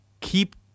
keep